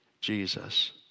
Jesus